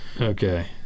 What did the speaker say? Okay